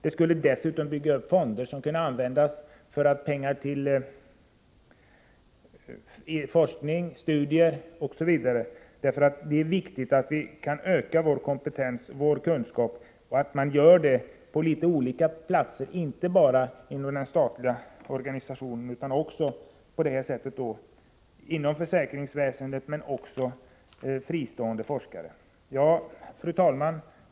Det skulle dessutom bygga upp fonder som kunde användas till forskning, studier osv. Det är viktigt att vi kan öka vår kompetens, vår kunskap, och att man gör det på litet olika håll, inte bara inom den statliga organisationen utan också på detta sätt inom försäkringsväsendet och även bland fristående forskare. Fru talman!